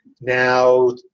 now